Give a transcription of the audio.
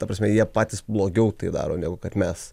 ta prasme jie patys blogiau tai daro negu kad mes